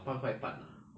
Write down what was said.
八块半 ah